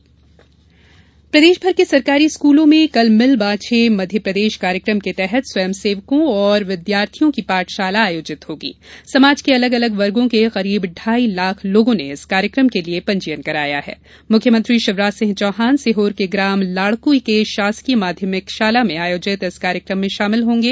मिल बांचे प्रदेशभर के सरकारी स्कूलों में कल मिल बांचे मध्यप्रदेश कार्यक्रम के तहत स्वयंसेवकों और विद्यार्थियों की पाठशाला आयोजित होगी समाज के अलग अलग वर्गों के करीब ढाई लाख लोगो ने इस कार्यक्रम के लिए पंजीयन करवाया है मुख्यमंत्री शिवराज सिंह चौहान सीहोर के ग्राम लाड़कुई के शासकीय माध्यमिक शाला में आयोजित इस कार्यक्रम में शामिल होंगे